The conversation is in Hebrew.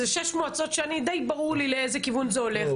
אלה שש מועצות שדי ברור לי לאיזה כיוון זה הולך,